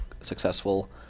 successful